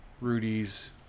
Rudy's